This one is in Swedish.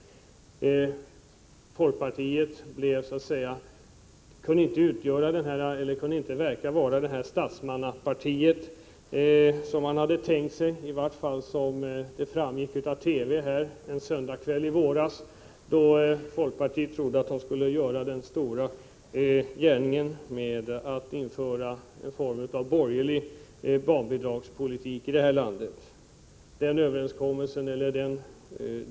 Folkpartiet verkar inte kunna vara det statsmannaparti som man hade tänkt sig, i alla fall enligt vad som framgick i ett program i TV en söndagskväll i våras. Folkpartiet trodde att det skulle kunna göra en stor gärning genom att införa en form av borgerlig barnbidragspolitik. Men det gick om intet.